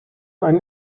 ein